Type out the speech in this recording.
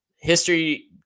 history